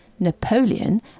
Napoleon